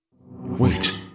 Wait